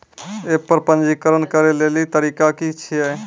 App पर पंजीकरण करै लेली तरीका की छियै?